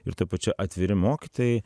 ir tuo pačiu atviri mokytojai